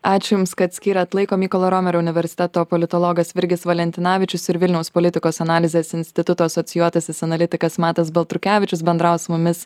ačiū jums kad skyrėt laiko mykolo romerio universiteto politologas virgis valentinavičius ir vilniaus politikos analizės instituto asocijuotasis analitikas matas baltrukevičius bendravo su mumis